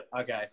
Okay